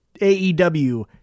AEW